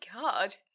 god